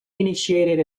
initiated